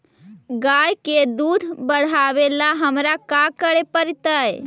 गाय के दुध बढ़ावेला हमरा का करे पड़तई?